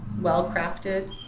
well-crafted